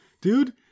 Dude